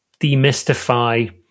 demystify